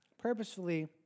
purposefully